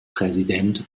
präsident